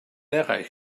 eraill